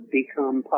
become